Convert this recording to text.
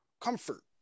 comfort